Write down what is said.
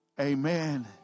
amen